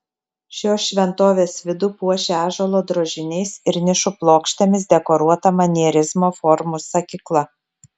šios šventovės vidų puošia ąžuolo drožiniais ir nišų plokštėmis dekoruota manierizmo formų sakykla